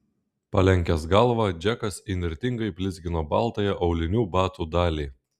palenkęs galvą džekas įnirtingai blizgino baltąją aulinių batų dalį